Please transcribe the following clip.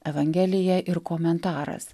evangelija ir komentaras